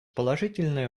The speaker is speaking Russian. положительное